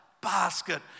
basket